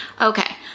Okay